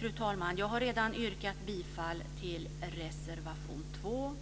Fru talman! Jag har redan yrkat bifall till reservation 2.